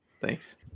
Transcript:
Thanks